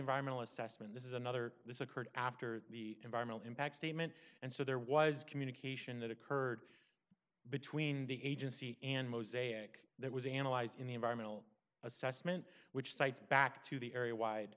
environmental assessment this is another this occurred after the environmental impact statement and so there was communication that occurred between the agency and mosaic that was analyzed in the environmental assessment which cites back to the area wide